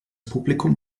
publikum